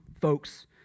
folks